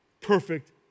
perfect